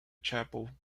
chapel